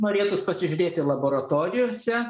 norėtųs pasižiūrėti laboratorijose